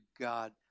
God